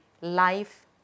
life